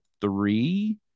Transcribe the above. three